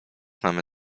mamy